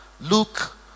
Luke